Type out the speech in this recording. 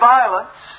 Violence